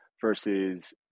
versus